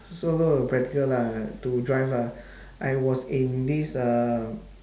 so call the practical lah to drive lah I was in this uh